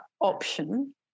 option